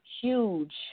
huge